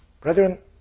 Brethren